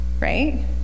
Right